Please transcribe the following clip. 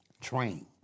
Train